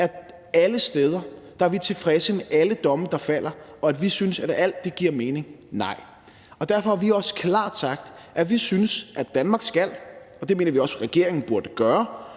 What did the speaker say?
at vi i alt er tilfredse med alle domme, der falder, og at vi synes, at alt giver mening? Nej. Og derfor har vi også klart sagt, at vi synes, at Danmark skal – og det mener vi også regeringen burde gøre